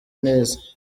neza